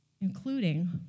including